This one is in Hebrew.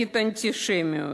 נגד אנטישמיות.